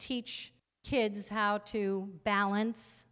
teach kids how to balance